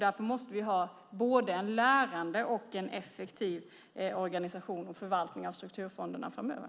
Därför måste vi ha både en lärande och en effektiv organisation och förvaltning av strukturfonderna framöver.